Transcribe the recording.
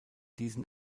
diesen